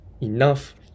Enough